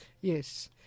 yes